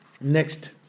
Next